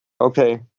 Okay